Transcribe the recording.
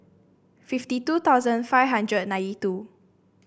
fifty two thousand five hundred and nintey two